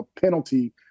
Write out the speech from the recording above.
penalty